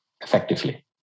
effectively